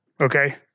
okay